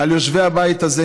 על יושבי הבית הזה,